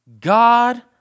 God